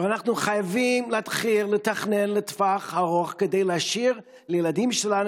ואנחנו חייבים להתחיל לתכנן לטווח ארוך כדי להשאיר לילדים שלנו